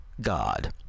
God